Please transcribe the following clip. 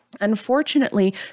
Unfortunately